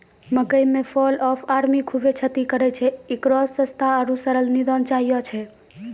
मकई मे fall of army खूबे क्षति करेय छैय, इकरो सस्ता आरु सरल निदान चाहियो छैय?